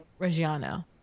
Reggiano